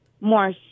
more